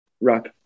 rock